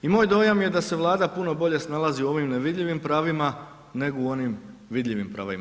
I moj dojam je da se Vlada puno bolje snalazi u ovim nevidljivim pravima, nego u onim vidljivim pravima.